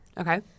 Okay